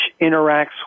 interacts